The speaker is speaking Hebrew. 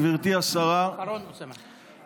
גברתי השרה והיושב-ראש,